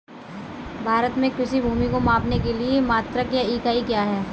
भारत में कृषि भूमि को मापने के लिए मात्रक या इकाई क्या है?